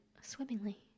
swimmingly